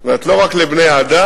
לא רק לבני-האדם,